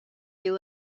you